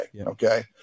okay